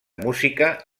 música